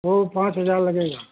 वो पाँच हज़ार लगेगा